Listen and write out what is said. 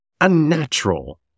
Unnatural